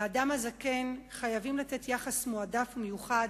לאדם הזקן חייבים לתת יחס מועדף ומיוחד,